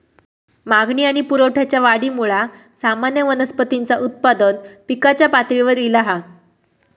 मागणी आणि पुरवठ्याच्या वाढीमुळा सामान्य वनस्पतींचा उत्पादन पिकाच्या पातळीवर ईला हा